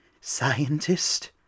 Scientist